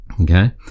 Okay